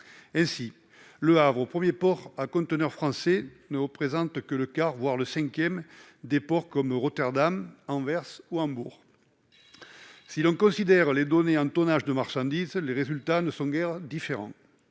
du Havre, premier port à conteneurs français, ne représente que le quart, voire le cinquième, de celle de ports comme Rotterdam, Anvers ou Hambourg. Si l'on considère les données en tonnage de marchandises, les résultats ne sont guère différents.